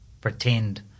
pretend